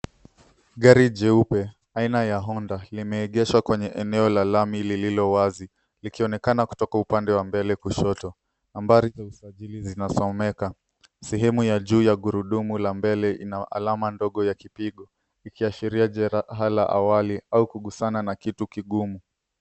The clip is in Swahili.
Gari jeupe, aina ya Honda, limeegeshwa kwenye eneo la lami lililowazi likionekana kutoka upande wa mbele kushoto. Nambari za usajili zinasomeka. Sehemu ya juu la gurudumu la mbele ina alama ndogo ya kipigo, ikiashiria jeraha la awali au kugusana na kitu kigumu.